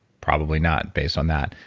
probably not based on that.